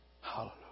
Hallelujah